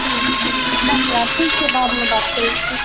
ठीक छै धन्यवाद ठीक छै बादमे बात करै छियै